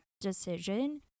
decision